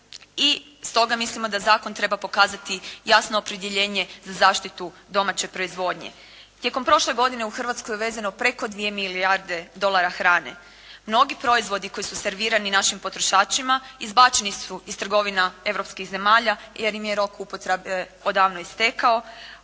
i stoga mislimo da zakon treba pokazati jasno opredjeljenje za zaštitu domaće proizvodnje. Tijekom prošle godine u Hrvatskoj je uvezeno preko 2 milijarde dolara hrane. Mnogi proizvodi koji su servirani našim potrošačima izbačeni su iz trgovina europskih zemalja jer im je rok upotrebe odavno istekao